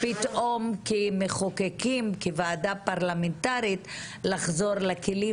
לכן כמחוקקים וכוועדה פרלמנטרית אנחנו צריכים לחזור לכלים